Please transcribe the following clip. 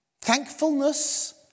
Thankfulness